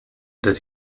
that